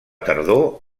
tardor